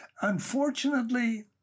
Unfortunately